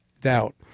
doubt